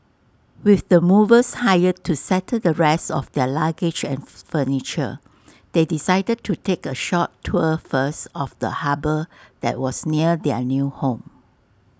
with the movers hired to settle the rest of their luggage and furniture they decided to take A short tour first of the harbour that was near their new home